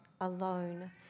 alone